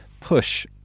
push